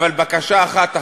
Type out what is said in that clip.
אבל בקשה אחת,